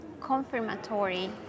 confirmatory